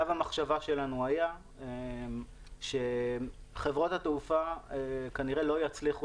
קו המחשבה שלנו היה שחברות התעופה כנראה לא יצליחו